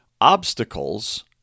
Obstacles